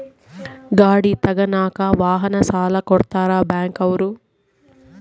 ಗಾಡಿ ತಗನಾಕ ವಾಹನ ಸಾಲ ಕೊಡ್ತಾರ ಬ್ಯಾಂಕ್ ಅವ್ರು